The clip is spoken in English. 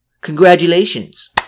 Congratulations